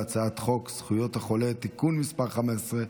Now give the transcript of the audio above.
הצעת חוק זכויות החולה (תיקון מס' 15),